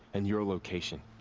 and your location.